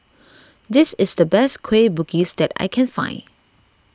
this is the best Kueh Bugis that I can find